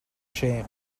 shame